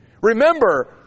Remember